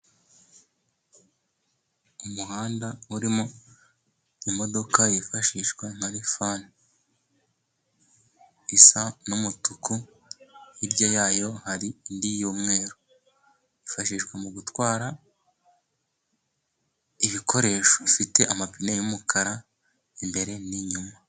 Umuhanda urimo imodoka yifashishwa nka rifane, isa n'umutuku, hirya yayo hari indi y'umweru yifashishwa mu gutwara ibikoresho, ifite amapine y'umukara imbere n'inyuma.